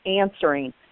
answering